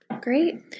Great